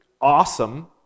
awesome